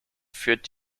führt